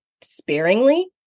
sparingly